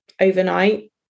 overnight